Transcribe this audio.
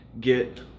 get